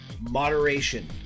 moderation